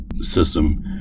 system